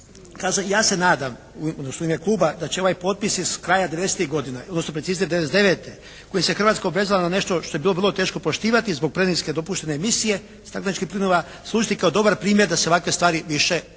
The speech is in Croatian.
Ja se nadam odnosno u ime Kluba da će ovaj potpis iz kraja devedesetih godina odnosno preciznije 1999. kojim se Hrvatska obvezala na nešto što je bilo vrlo teško poštivati zbog preniske dopuštene emisije stakleničkih plnova, služiti kao dobar primjer da se ovakve stvari više ne